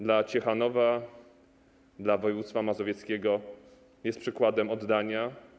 Dla Ciechanowa, dla województwa mazowieckiego jest przykładem oddania.